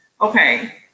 okay